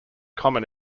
common